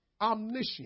omniscient